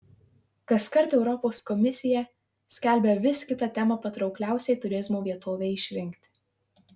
kaskart europos komisija skelbia vis kitą temą patraukliausiai turizmo vietovei išrinkti